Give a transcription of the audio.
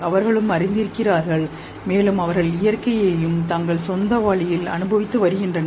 அவர்களும் அறிந்திருக்கிறார்கள் மேலும் அவர்கள் இயற்கையையும் தங்கள் சொந்த வழியில் அனுபவித்து வருகின்றனர்